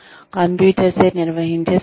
కంప్యూటర్చే నిర్వహించే సూచన